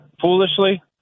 foolishly